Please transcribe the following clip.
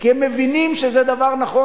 כי הם מבינים שזה דבר נכון,